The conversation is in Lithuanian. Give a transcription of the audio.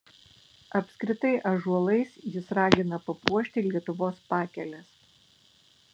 apskritai ąžuolais jis ragina papuošti lietuvos pakeles